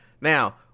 Now